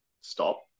stop